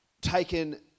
taken